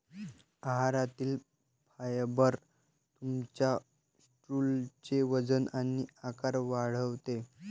आहारातील फायबर तुमच्या स्टूलचे वजन आणि आकार वाढवते